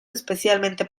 especialmente